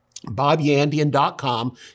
BobYandian.com